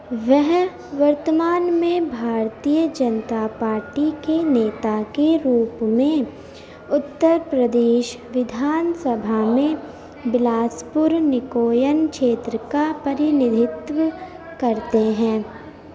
وہ ورتمان میں بھارتیہ جنتا پارٹی کے نیتا کے روپ میں اتر پردیش دیدھان سبھا میں بلاس پور نکوین چھیتر کا پرینیدھتو کرتے ہیں